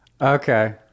Okay